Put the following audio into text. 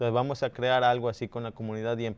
the the